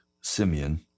Simeon